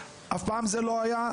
זאת אף פעם לא הייתה,